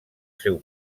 seu